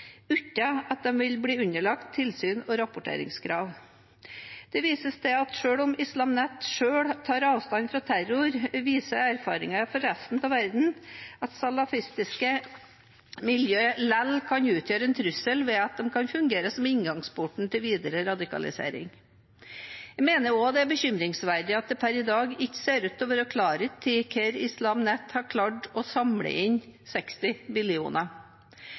uten at de vil bli underlagt tilsyn og rapporteringskrav. Det vises til at selv om Islam Net selv tar avstand fra terror, viser erfaringer fra resten av verden at salafistiske miljøer likevel kan utgjøre en trussel ved at de kan fungere som en inngangsport til videre radikalisering. Jeg mener også det er bekymringsverdig at det per i dag ikke ser ut til å være klarhet i hvordan Islam Net har klart å samle inn 60